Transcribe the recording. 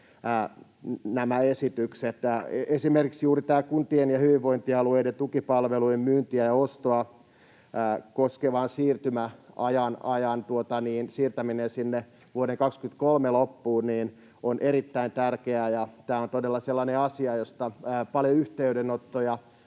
esitykset. Esimerkiksi juuri tämä kuntien ja hyvinvointialueiden tukipalvelujen myyntiä ja ostoa koskevan siirtymäajan siirtäminen sinne vuoden 23 loppuun on erittäin tärkeää. Tämä on todella sellainen asia, josta paljon yhteydenottoja